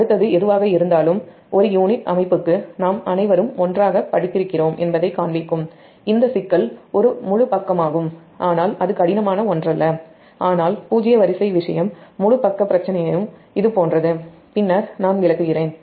அடுத்தது எதுவாக இருந்தாலும் ஒரு யூனிட் அமைப்புக்கு நாம் அனைவரும் ஒன்றாகப் படித்திருக்கிறோம் என்பதைக் காண்பிக்கும் இந்த சிக்கல் ஒரு முழு பக்கமாகும் ஆனால் அது கடினமான ஒன்றல்ல ஆனால் பூஜ்ஜிய வரிசை விஷயம் முழு பக்க பிரச்சனையும் இது போன்றது பின்னர் நான் விளக்குகிறேன்